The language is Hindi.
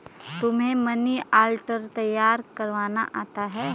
तुम्हें मनी ऑर्डर तैयार करवाना आता है?